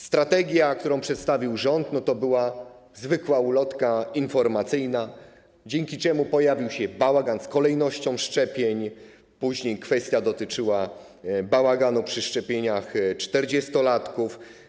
Strategia, którą przedstawił rząd, to była zwykła ulotka informacyjna, przez co pojawił się bałagan z kolejnością szczepień, później kwestia dotyczyła bałaganu przy szczepieniach czterdziestolatków.